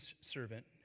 servant